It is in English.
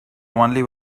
only